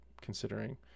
considering